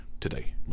today